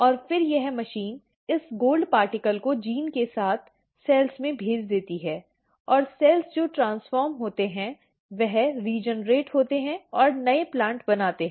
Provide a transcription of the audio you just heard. और फिर यह मशीन इस सोने के कण को जीन के साथ कोशिकाओं में भेज देती है और कोशिकाओं जो ट्रांसफॉर्मे होती हैं और वे रिजिनर्एट होते हैं और नए प्लांट बनाते हैं